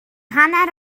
hanner